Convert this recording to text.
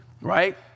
right